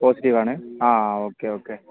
positive ആണ് ആ okay okay